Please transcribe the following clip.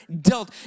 dealt